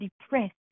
depressed